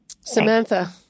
Samantha